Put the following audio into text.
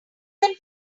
can